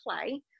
play